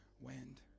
wind